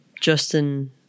Justin